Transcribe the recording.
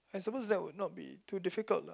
I suppose that would not be too difficult lah